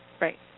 Right